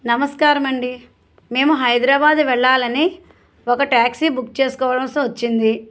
నమస్కారం అండి మేము హైదరాబాద్ వెళ్ళాలని ఒక టాక్సీ బుక్ చేసుకోవాల్సి వచ్చింది